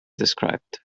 described